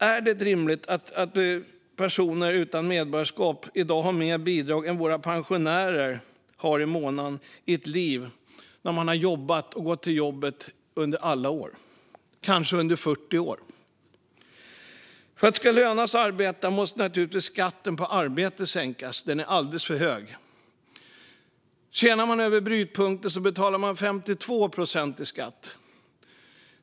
Är det rimligt att personer utan medborgarskap i dag har mer bidrag än vad våra pensionärer har i månaden efter att ha gått till jobbet och arbetat under alla år, kanske under så många som 40 år? För att det ska löna sig att arbeta måste naturligtvis skatten på arbete sänkas. Den är alldeles för hög. Tjänar man över brytpunkten betalar man 52 procent i skatt.